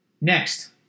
Next